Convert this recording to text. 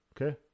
okay